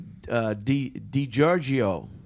DiGiorgio